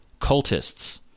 cultists